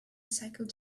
cycled